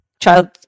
child